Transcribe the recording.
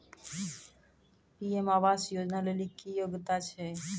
PM आवास योजना लेली की योग्यता छै?